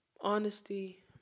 Honesty